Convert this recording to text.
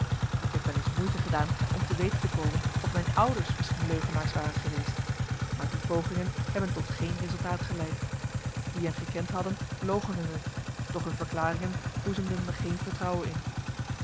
ik heb wel eens moeite gedaan om te weten te komen of mijn ouders mischien leugenaars waren geweest maar die pogingen hebben tot geen resultaat geleid wie hen gekend hadden loochenden t doch hun verklaringen boezemden me geen vertrouwen in